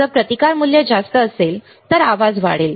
जर प्रतिकार मूल्य जास्त असेल तर आवाज वाढेल